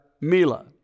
Mila